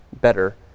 better